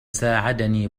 ساعدني